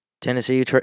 Tennessee